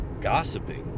gossiping